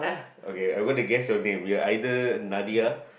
okay I am going to guess your name you are either Nadia